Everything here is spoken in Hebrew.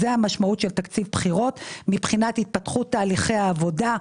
זו המשמעות של תקציב בחירות מבחינת התפתחות תהליכי העבודה,